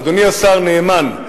אדוני השר נאמן,